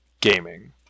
gaming